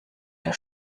der